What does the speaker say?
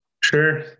Sure